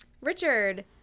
Richard